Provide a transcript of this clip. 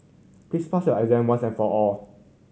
please pass your exam once and for all